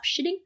shitting